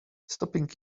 stopping